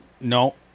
No